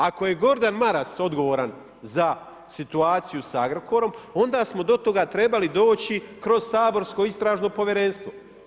Ako je Gordan Maras odgovoran za situaciju sa Agrokorom onda smo do toga trebali doći kroz saborsko Istražno povjerenstvo.